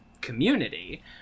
community